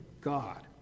God